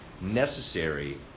necessary